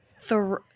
three